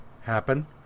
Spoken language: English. happen